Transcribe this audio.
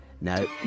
no